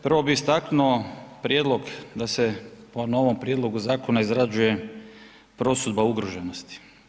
Prvo bih istaknuo prijedlog da se po novom prijedlogu zakona izrađuje prosudba ugroženosti.